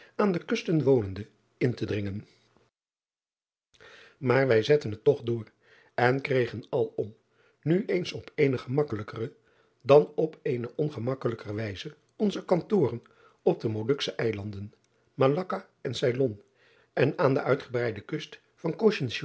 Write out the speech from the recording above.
aan de kusten wonende in te dringen aar wij zetten het toch door en kregen alom nu eens op eene gemakkelijkere dan op een ongemakkelijkere wijze onze kantoren op de oluksche ilanden alakka en eilon en aan de uitgebreide kust van